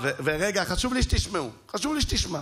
בן גביר, רגע, חשוב לי שתשמעו, חשוב לי שתשמע.